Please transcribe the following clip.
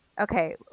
okay